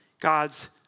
God's